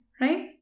right